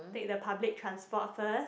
take the public transport first